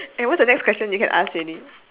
eh what's the next question you can ask already